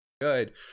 good